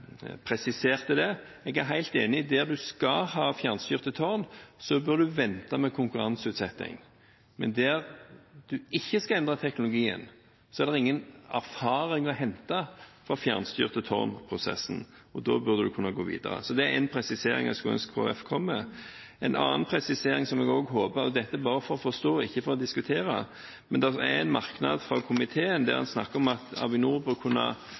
presiserte det. Jeg er helt enig i at der man skal ha fjernstyrte tårn, bør man vente med konkurranseutsetting. Men der man ikke skal endre teknologien, er det ingen erfaring å hente fra prosessen med fjernstyrte tårn. Da burde man kunne gå videre. Det er en presisering jeg skulle ønske Kristelig Folkeparti kom med. En annen presisering som jeg håper på – dette bare for å forstå, ikke for å diskutere – gjelder en merknad fra komiteen der man snakker om at Avinor bør kunne